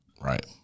Right